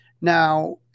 Now